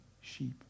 sheep